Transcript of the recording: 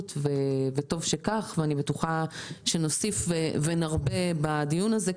הדבר הזה חיובי ואני בטוחה שנוסיף ונרבה לדון בנושא זה.